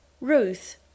Ruth